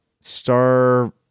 star